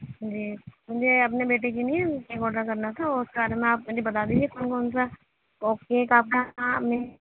جی مجھے اپنے بیٹے کے لیے کیک آڈر کرنا تھا اور اس کے بارے میں آپ مجھے بتا دیجیے کون کون سا کیک آپ کے یہاں مل